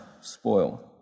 spoil